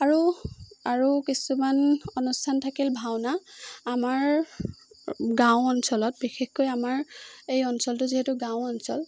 আৰু আৰু কিছুমান অনুষ্ঠান থাকিল ভাওনা আমাৰ গাঁও অঞ্চলত বিশেষকৈ আমাৰ এই অঞ্চলটো যিহেতু গাঁও অঞ্চল